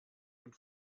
und